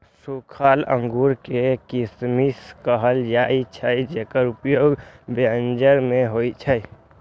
सूखल अंगूर कें किशमिश कहल जाइ छै, जेकर उपयोग व्यंजन मे होइ छै